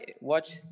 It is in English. watch